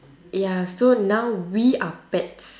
ya so now we are pets